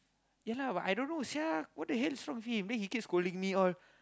ya lah but I don't know sia what the hell is wrong with him then he keep scolding me all